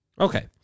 okay